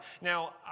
Now